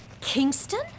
Kingston